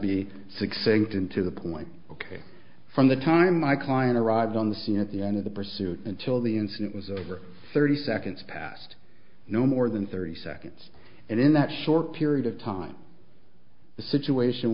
be succinct and to the point ok from the time my client arrived on the scene at the end of the pursuit until the incident was over thirty seconds past no more than thirty seconds and in that short period of time the situation